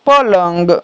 પલંગ